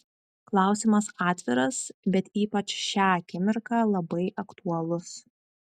klausimas atviras bet ypač šią akimirką labai aktualus